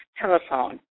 telephone